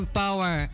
power